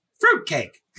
fruitcake